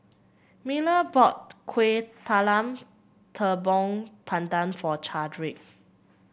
Miller bought Kuih Talam Tepong Pandan for Chadwick